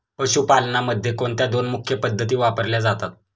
पशुपालनामध्ये कोणत्या दोन मुख्य पद्धती वापरल्या जातात?